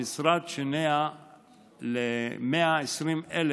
המשרד שינע מזון לביתם של 120,000